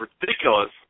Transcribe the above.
ridiculous